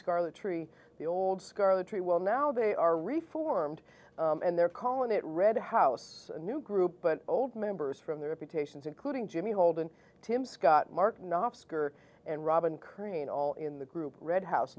scarlet tree the old scarlet tree well now they are reformed and they're calling it red house a new group but old members from their reputations including jimmy holden tim scott mark knobs and robin kearney all in the group red house